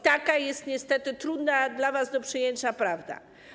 Taka jest niestety trudna dla was do przyjęcia prawda.